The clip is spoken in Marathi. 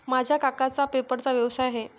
माझ्या काकांचा पेपरचा व्यवसाय आहे